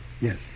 Yes